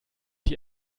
die